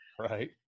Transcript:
Right